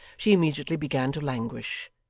she immediately began to languish,